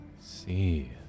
See